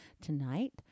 tonight